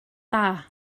dda